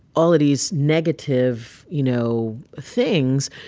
all of these negative, you know, things.